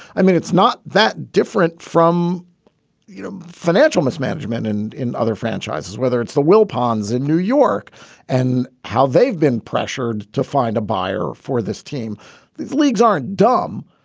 i mean, it's not that different from you know financial mismanagement and in other franchises, whether it's the wilpons in new york and how they've been pressured to find a buyer for this team these leagues aren't dumb.